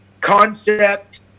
concept